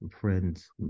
friends